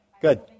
good